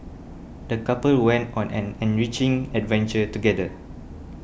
the couple went on an enriching adventure together